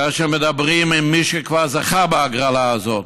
כאשר מדברים עם מי שכבר זכה בהגרלה הזאת.